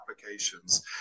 applications